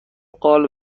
قال